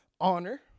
honor